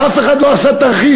ואף אחד לא עשה תרחיש.